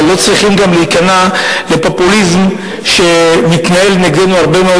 אבל לא צריכים גם להיכנע לפופוליזם שמתנהל נגדנו הרבה מאוד